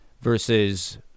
versus